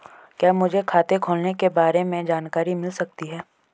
क्या मुझे खाते खोलने के बारे में जानकारी मिल सकती है?